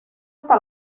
hasta